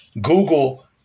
Google